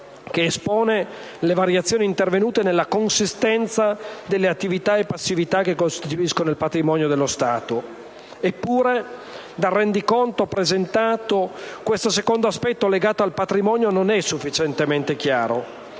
che espone le variazioni intervenute nella consistenza delle attività e passività che costituiscono il patrimonio dello Stato. Eppure, dal rendiconto presentato, questo secondo aspetto legato al patrimonio non è sufficientemente chiaro: